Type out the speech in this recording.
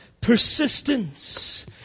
persistence